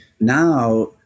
Now